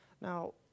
Now